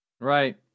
Right